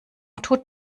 tut